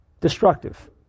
destructive